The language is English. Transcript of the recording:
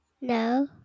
No